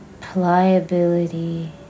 pliability